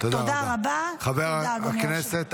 תודה רבה, אדוני היושב-ראש.